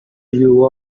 you